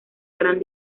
gran